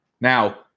Now